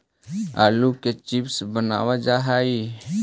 आलू के चिप्स बनावल जा हइ